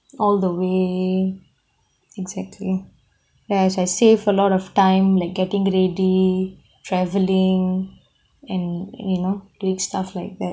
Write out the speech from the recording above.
all the way exactly as I save a lot of time like getting ready travelling and you know doing stuff like that